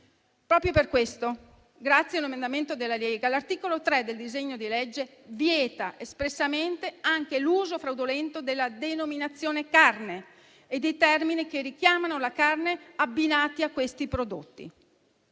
Proprio per questo, grazie a un emendamento della Lega, l'articolo 3 del disegno di legge vieta espressamente anche l'uso fraudolento della denominazione «carne» e dei termini che richiamano la carne abbinati a questi prodotti.